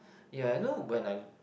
ya you know when I